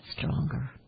stronger